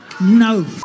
No